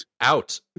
out